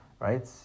right